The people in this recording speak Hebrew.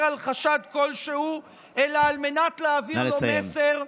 על חשד כלשהו אלא על מנת להעביר לו מסר,